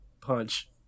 punch